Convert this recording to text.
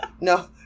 no